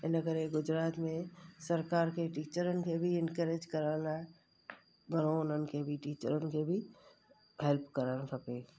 इन करे गुजरात में सरकार खे टीचरुनि खे बि इंकरेज करण लाइ घणो हुननि खे बि टीचरुनि खे बि हेल्प करणु खपे